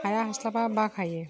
हाया हास्लाबा बाखायो